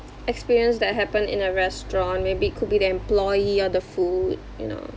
experience that happen in a restaurant maybe it could be the employee or the food you know